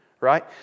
right